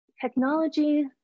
technology